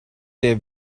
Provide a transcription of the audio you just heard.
der